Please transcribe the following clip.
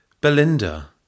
Belinda